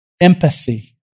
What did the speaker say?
empathy